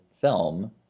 film